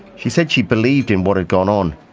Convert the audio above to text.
she said she believed in what had gone on.